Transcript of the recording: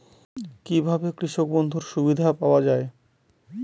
কি ভাবে কৃষক বন্ধুর সুবিধা পাওয়া য়ায়?